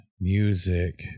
music